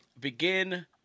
begin